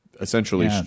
essentially